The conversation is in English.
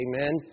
amen